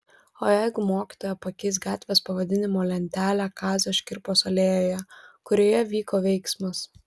o jeigu mokytoja pakeis gatvės pavadinimo lentelę kazio škirpos alėjoje kurioje vyko veiksmas